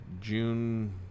June